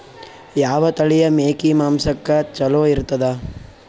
ಯಾವ ತಳಿಯ ಮೇಕಿ ಮಾಂಸಕ್ಕ ಚಲೋ ಇರ್ತದ?